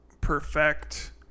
perfect